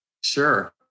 Sure